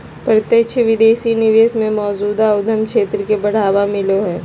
प्रत्यक्ष विदेशी निवेश से मौजूदा उद्यम क्षेत्र के बढ़ावा मिलो हय